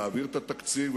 להעביר את התקציב,